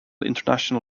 international